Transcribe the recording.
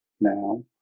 now